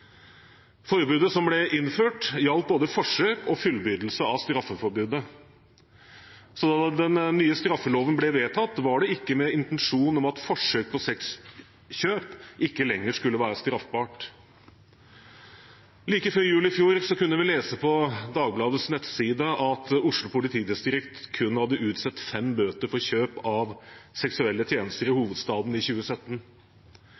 Forbudet som ble innført, gjaldt både forsøk på og fullbyrdelse av straffebudet. Så da den nye straffeloven ble vedtatt, var det ikke med intensjon om at forsøk på sexkjøp ikke lenger skulle være straffbart. Like før jul i fjor kunne vi lese på Dagbladets nettsider at Oslo politidistrikt hadde utstedt kun fem bøter for kjøp av seksuelle tjenester i